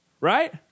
right